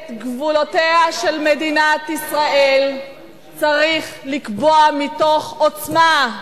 את גבולותיה של מדינת ישראל צריך לקבוע מתוך עוצמה,